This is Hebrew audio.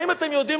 האם אתם יודעים,